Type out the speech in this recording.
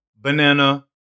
banana